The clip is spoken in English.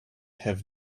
have